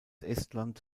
estland